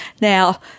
Now